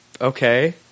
Okay